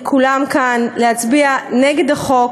לכולם כאן, להצביע נגד החוק,